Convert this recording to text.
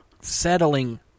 settling